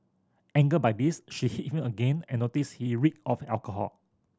angered by this she hit him again and noticed he reeked of alcohol